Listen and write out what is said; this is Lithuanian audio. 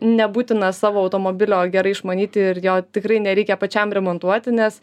nebūtina savo automobilio gerai išmanyti ir jo tikrai nereikia pačiam remontuoti nes